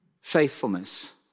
faithfulness